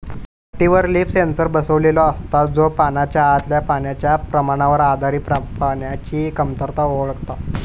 पट्टीवर leaf sensor बसवलेलो असता, जो पानाच्या आतल्या पाण्याच्या प्रमाणावर आधारित पाण्याची कमतरता ओळखता